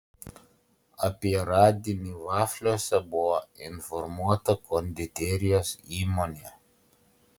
apie radinį vafliuose buvo informuota konditerijos įmonė